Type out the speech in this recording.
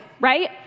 right